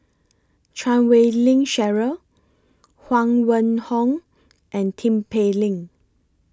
Chan Wei Ling Cheryl Huang Wenhong and Tin Pei Ling